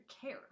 care